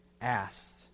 asked